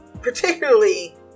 Particularly